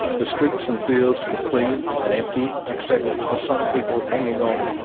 the streets and fields were clean and empty except for some people hanging on,